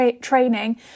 training